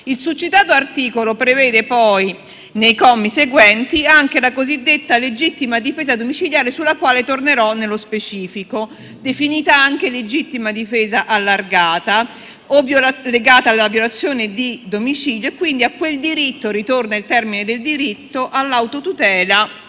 Il succitato articolo prevede, poi, nei commi seguenti, anche la cosiddetta legittima difesa domiciliare, sulla quale tornerò nello specifico, definita anche legittima difesa allargata, legata alla violazione di domicilio, e quindi a quel diritto - ritorna il termine del diritto - all'autotutela